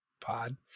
pod